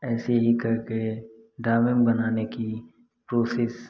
ऐसे ही करके डावेंग बनाने की कोशिश